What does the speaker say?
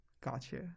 gotcha